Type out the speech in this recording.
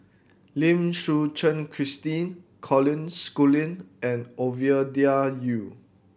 Lim Suchen Christine Colin Schooling and Ovidia Yu